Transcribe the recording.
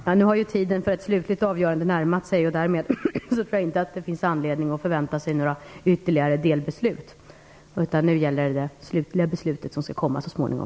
Herr talman! Nu har tiden för ett slutligt avgörande närmat sig. Därmed tror jag inte att det finns anledning att förvänta sig några ytterligare delbeslut. Nu gäller det ett slutligt beslut som skall fattas så småningom.